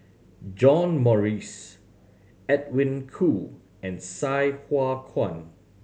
John Morrice Edwin Koo and Sai Hua Kuan